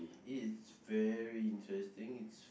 it's very interesting it's